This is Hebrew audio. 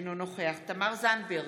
אינו נוכח תמר זנדברג,